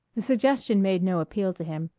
the suggestion made no appeal to him,